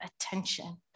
attention